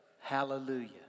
hallelujah